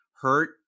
hurt